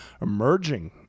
emerging